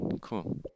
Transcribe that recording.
Cool